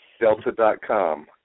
Delta.com